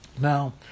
Now